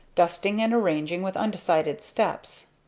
dusting and arranging with undecided steps.